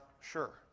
sure